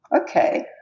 okay